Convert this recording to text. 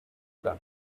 done